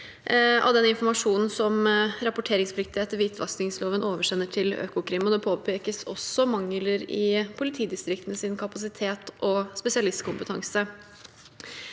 av den informasjonen som i tråd med rapporteringsplikten etter hvitvaskingsloven oversendes til Økokrim. Det påpekes også mangler i politidistriktenes kapasitet og spesialistkompetanse.